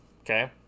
Okay